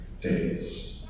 days